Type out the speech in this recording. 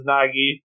Nagi